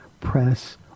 press